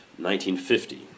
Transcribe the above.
1950